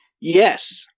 Yes